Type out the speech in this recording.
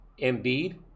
Embiid